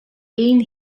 been